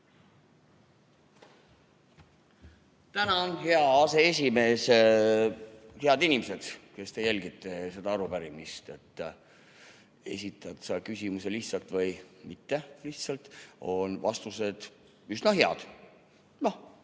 Tänan, hea aseesimees! Head inimesed, kes te jälgite seda arupärimist! Esitad sa küsimuse lihtsalt või mittelihtsalt, vastused on üsna head. Noh,